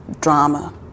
drama